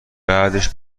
بعدش